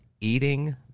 eating